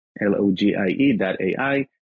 l-o-g-i-e.ai